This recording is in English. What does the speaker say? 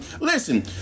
Listen